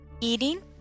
eating